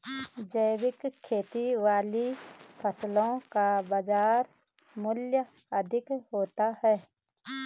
जैविक खेती वाली फसलों का बाजार मूल्य अधिक होता है